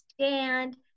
stand